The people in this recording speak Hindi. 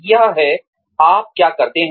यह है आप क्या करते हैं